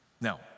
Now